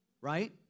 right